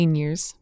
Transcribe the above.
years